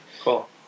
Cool